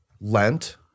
Lent